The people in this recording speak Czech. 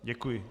Děkuji.